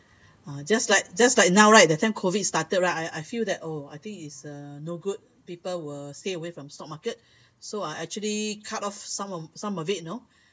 or just like just like now right that time COVID started right I I feel that oh I think it's uh no good people will stay away from stock market so I actually cut off some of of it know